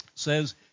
says